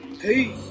Hey